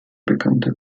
bekannte